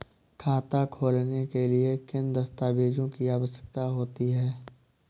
खाता खोलने के लिए किन दस्तावेजों की आवश्यकता होती है?